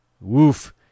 Woof